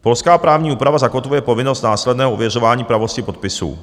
Polská právní úprava zakotvuje povinnost následného ověřování pravosti podpisů.